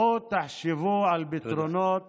בואו תחשבו על פתרונות